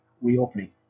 reopening